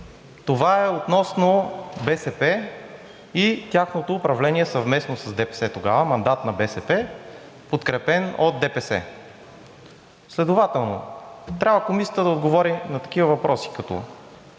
Това е относно БСП и тяхното управление съвместно с ДПС, тогава с мандат на БСП, подкрепен от ДПС. Следователно трябва Комисията да отговори на такива въпроси, като: